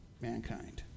mankind